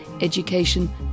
education